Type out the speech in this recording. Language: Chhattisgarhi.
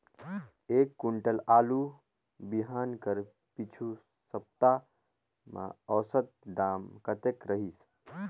एक कुंटल आलू बिहान कर पिछू सप्ता म औसत दाम कतेक रहिस?